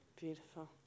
Beautiful